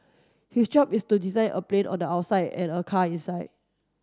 his job is to design a plane on the outside and a car inside